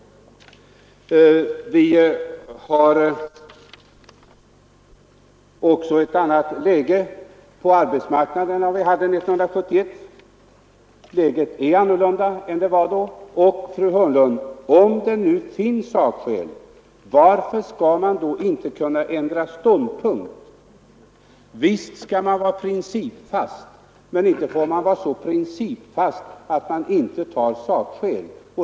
Vi har också ett annat läge på arbetsmarknaden än vi hade 1971. Och, fru Hörnlund, om det nu finns sakskäl, varför skall man då inte kunna ändra ståndpunkt? Visst skall man vara principfast, men inte skall man vara så principfast att man inte tar sakskäl.